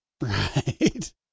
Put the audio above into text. Right